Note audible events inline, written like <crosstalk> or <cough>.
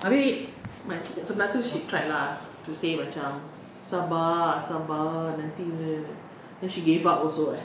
habis makcik dekat sebelah itu she tried lah to say macam sabar sabar nanti <noise> then she gave up also eh